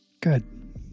Good